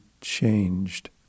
changed